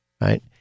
right